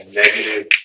negative